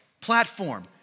platform